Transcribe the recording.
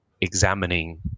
examining